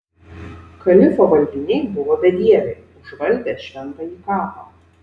kalifo valdiniai buvo bedieviai užvaldę šventąjį kapą